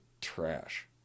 trash